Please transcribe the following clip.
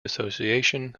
association